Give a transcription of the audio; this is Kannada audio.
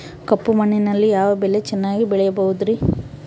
ಕಪ್ಪು ಮಣ್ಣಿನಲ್ಲಿ ಯಾವ ಬೆಳೆ ಚೆನ್ನಾಗಿ ಬೆಳೆಯಬಹುದ್ರಿ?